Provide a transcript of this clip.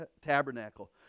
tabernacle